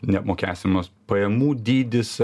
neapmokestinamas pajamų dydis